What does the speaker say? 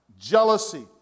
jealousy